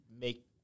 make